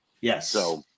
Yes